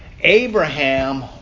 Abraham